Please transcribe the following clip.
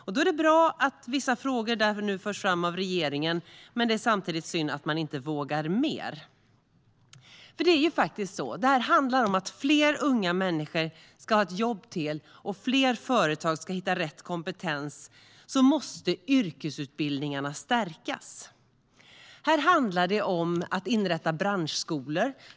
Det är bra att vissa frågor nu förs fram av regeringen, men det är samtidigt synd att man inte vågar mer. Det handlar om att fler unga människor ska ha ett jobb att gå till och att fler företag ska hitta rätt kompetens. Då måste yrkesutbildningarna stärkas. Här handlar det om att inrätta branschskolor.